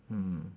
mm